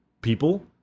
people